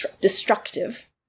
destructive